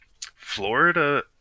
Florida